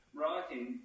writing